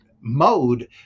mode